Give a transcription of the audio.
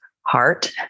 heart